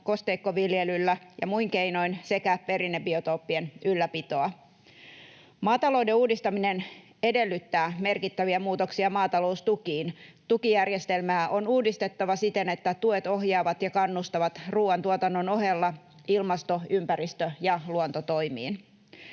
kosteikkoviljelyllä ja muin keinoin sekä perinnebiotooppien ylläpitoa. Maatalouden uudistaminen edellyttää merkittäviä muutoksia maataloustukiin. Tukijärjestelmää on uudistettava siten, että tuet ohjaavat ja kannustavat ruuantuotannon ohella ilmasto-, ympäristö- ja luontotoimiin.